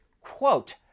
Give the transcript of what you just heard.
quote